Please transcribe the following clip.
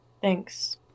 Thanks